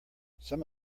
some